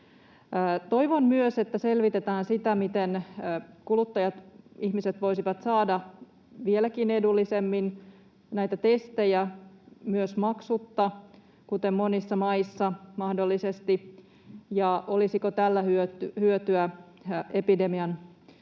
Toivon myös, että selvitetään sitä, miten kuluttajat, ihmiset, voisivat saada vieläkin edullisemmin näitä testejä, mahdollisesti myös maksutta, kuten monissa maissa, ja olisiko tästä hyötyä epidemian